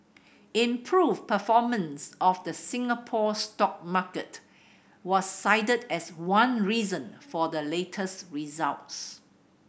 improved performance of the Singapore stock market was cited as one reason for the latest results